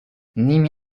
نیمی